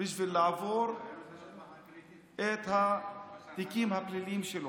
בשביל לעבור את התיקים הפליליים שלו.